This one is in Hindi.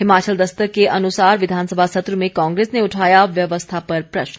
हिमाचल दस्तक के अनुसार विधानसभा सत्र में कांग्रेस ने उठाया व्यवस्था पर प्रश्न